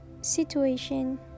situation